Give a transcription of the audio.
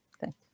Thank